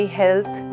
health